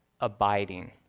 abiding